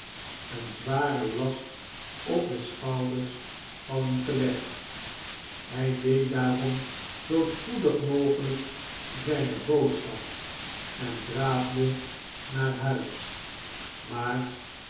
een zwa-i ren last op de schouders hadden gelegd hij deed daarom zoo spoedig mogelijk zijne boodschap en draafde naar huis maar